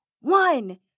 one